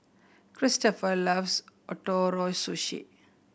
Christoper loves Ootoro Sushi